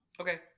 Okay